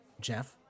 Jeff